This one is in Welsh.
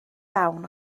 iawn